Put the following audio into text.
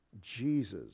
Jesus